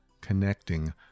connecting